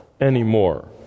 anymore